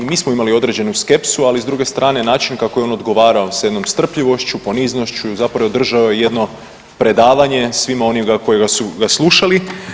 I mi smo imali određenu skepsu, ali s druge strane način kako je on odgovarao sa jednom strpljivošću, poniznošću, zapravo održao je jedno predavanje svima onima koji su ga slušali.